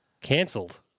Cancelled